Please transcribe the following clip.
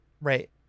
Right